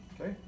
Okay